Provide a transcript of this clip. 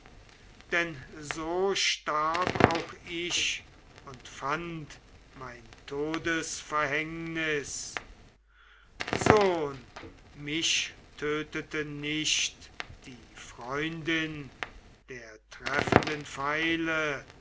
denn so starb auch ich und fand mein todesverhängnis sohn mich tötete nicht die freundin der treffenden pfeile